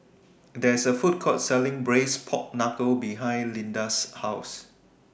There IS A Food Court Selling Braised Pork Knuckle behind Lida's House